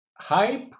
hype